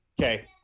Okay